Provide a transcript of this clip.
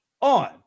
on